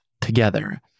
together